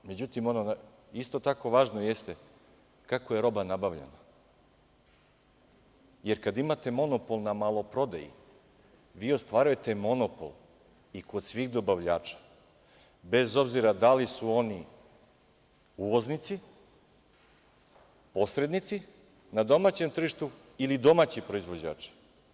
Međutim, isto tako važno jeste kako je roba nabavljana, jer kada imate monopol na maloprodaji vi ostvarujete monopol i kod svih dobavljača, bez obzira da li su oni uvoznici, posrednici na domaćem tržištu ili domaći proizvođači.